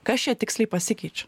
kas čia tiksliai pasikeičia